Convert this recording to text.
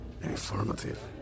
informative